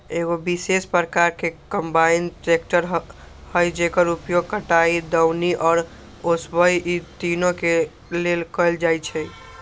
एगो विशेष प्रकार के कंबाइन ट्रेकटर हइ जेकर उपयोग कटाई, दौनी आ ओसाबे इ तिनों के लेल कएल जाइ छइ